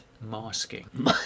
masking